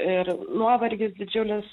ir nuovargis didžiulis o